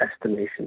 estimation